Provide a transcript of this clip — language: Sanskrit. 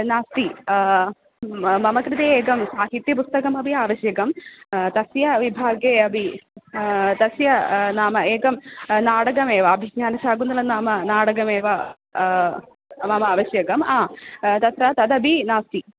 नास्ति मम कृते एकं साहित्यपुस्तकमपि आवश्यकं तस्य विभागे अपि तस्य नाम एकं नाटगमेव अभिज्ञानशाकुन्तलं नाम नाटगमेव मम आवश्यकम् आ अ तत्र तदपि नास्ति